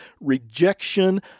rejection